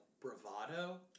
bravado